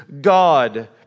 God